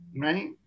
Right